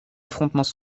affrontements